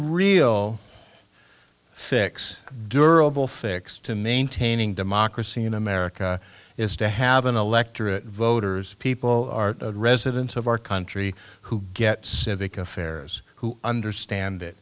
real fix durable fix to maintaining democracy in america is to have an electorate voters people residents of our country who get civic affairs who understand it